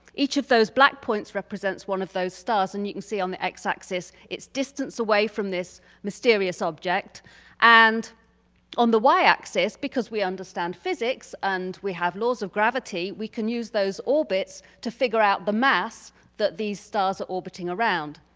each of those black points represents one of those starts and you can see on the x-axis. its distance away from this mysterious object and on the y-axis because we understand physics and we have laws of gravity. we can use those orbits to figure out the mass that these stars are orbiting around.